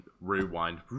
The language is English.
rewind